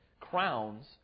crowns